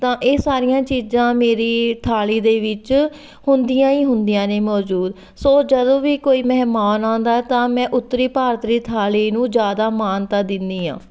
ਤਾਂ ਇਹ ਸਾਰੀਆਂ ਚੀਜ਼ਾਂ ਮੇਰੀ ਥਾਲੀ ਦੇ ਵਿੱਚ ਹੁੰਦੀਆਂ ਹੀ ਹੁੰਦੀਆਂ ਨੇ ਮੌਜੂਦ ਸੋ ਜਦੋਂ ਵੀ ਕੋਈ ਮਹਿਮਾਨ ਆਉਂਦਾ ਤਾਂ ਮੈਂ ਉੱਤਰੀ ਭਾਰਤ ਦੀ ਥਾਲੀ ਨੂੰ ਜ਼ਿਆਦਾ ਮਾਨਤਾ ਦਿੰਦੀ ਹਾਂ